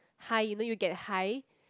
high you know you get high